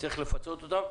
צריך לפצות אותם.